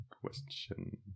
question